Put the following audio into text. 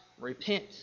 repent